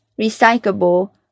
recyclable